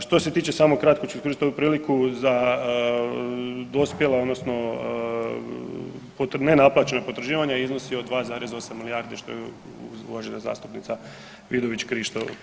Što se tiče, samo kratko ću iskoristiti ovu priliku za dospjela odnosno nenaplaćena potraživanja, iznos je od 2,8 milijardi, što je uvažena zastupnica Vidović Krišto pitala.